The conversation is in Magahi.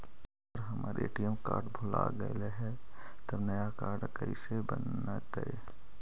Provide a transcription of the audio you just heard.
अगर हमर ए.टी.एम कार्ड भुला गैलै हे तब नया काड कइसे बनतै?